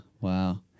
wow